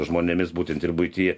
žmonėmis būtent ir buity